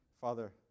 Father